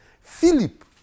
Philip